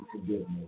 forgiveness